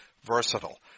Versatile